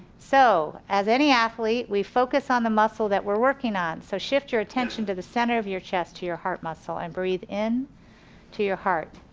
so as any athlete, we focus on the muscle that we're working on, so shift your attention to the center of your chest to your heart muscle and breath in to your heart.